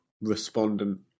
respondent